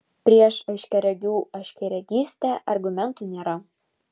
prieš aiškiaregių aiškiaregystę argumentų nėra